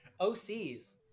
ocs